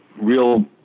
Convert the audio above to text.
real